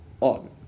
on